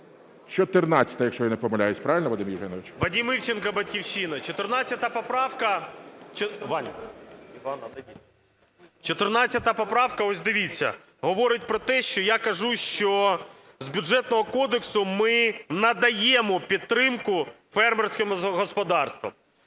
14, якщо я не помиляюся. Правильно, Вадиме Євгеновичу? 12:16:52 ІВЧЕНКО В.Є. Вадим Івченко, "Батьківщина". 14 поправка, ось дивіться, говорить про те, що я кажу, що з Бюджетного кодексу ми надаємо підтримку фермерським господарствам.